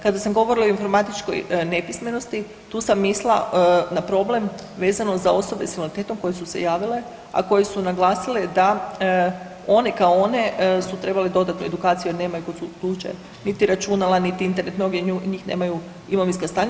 Kada sam govorila o informatičkoj nepismenosti tu sam mislila na problem vezano za osobe s invaliditetom koje su se javile, a koje su naglasile da one kao one su trebale dodatnu edukaciju jer nemaju kod kuće niti računala, niti Internet, mnogi od njih nemaju imovinska stanja.